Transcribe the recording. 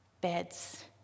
beds